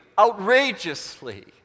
outrageously